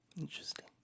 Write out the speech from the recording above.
Interesting